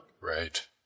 Right